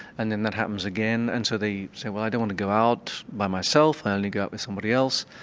and then that happens again and so they say well i don't want to go out by myself, i only go out with somebody else,